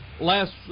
Last